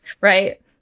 Right